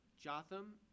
Jotham